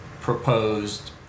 proposed